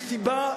בלי סיבה,